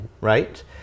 right